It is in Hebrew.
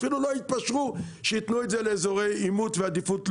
אפילו לא התפשרו על לתת את זה לאזורי עימות ועדיפות לאומית.